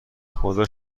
خدا